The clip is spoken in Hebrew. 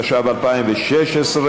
התשע"ו 2016,